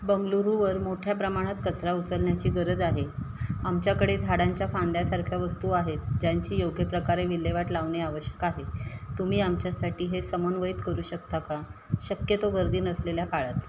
बंगलुरूवर मोठ्या प्रमाणात कचरा उचलण्याची गरज आहे आमच्याकडे झाडांच्या फांद्यासारख्या वस्तू आहेत ज्यांची योग्य प्रकारे विल्हेवाट लावणे आवश्यक आहे तुम्ही आमच्यासाठी हे समन्वित करू शकता का शक्यतो गर्दी नसलेल्या काळात